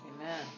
Amen